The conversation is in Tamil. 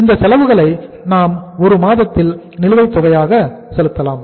இந்த செலவுகளை நாம் 1 மாதத்தில் நிலுவைத் தொகையாக செலுத்தலாம்